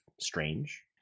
strange